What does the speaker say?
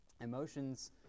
Emotions